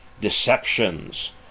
deceptions